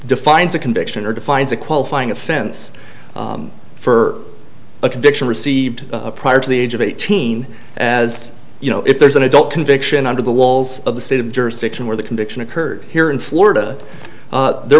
defines a conviction or defines a qualifying offense for a conviction received prior to the age of eighteen as you know if there is an adult conviction under the walls of the state of jurisdiction where the conviction occurred here in florida there